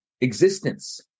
existence